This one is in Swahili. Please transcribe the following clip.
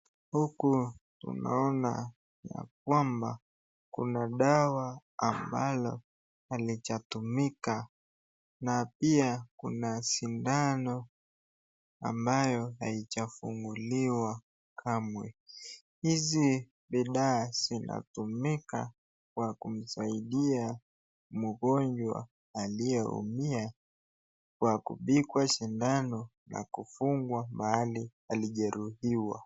Huku tunaona ya kwamba kuna dawa ambalo halijatumika na pia kuna sindano ambayo haijafunguliwa kamwe. Hizi vifaa zinatumika kwa kumsaidia mgonjwa aliyeumia kwa kupigwa sindano na kufungwa mahali alijehuriwa.